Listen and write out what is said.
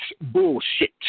bullshit